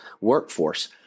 workforce